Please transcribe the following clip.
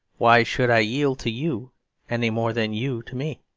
why should i yield to you any more than you to me?